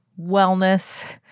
wellness